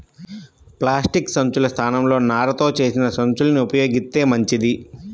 plastic సంచుల స్థానంలో నారతో చేసిన సంచుల్ని ఉపయోగిత్తే మంచిది